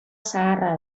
zaharra